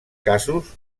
casos